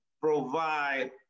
provide